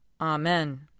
Amen